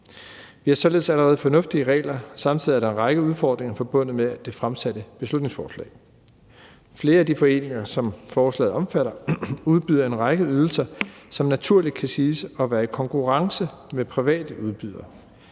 Vi har således allerede fornuftige regler, og samtidig er der en række udfordringer forbundet med det fremsatte beslutningsforslag. Flere af de foreninger, som forslaget omfatter, udbyder en række ydelser, som naturligt kan siges at være i konkurrence med private udbydere.